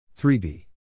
3b